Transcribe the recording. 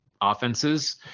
offenses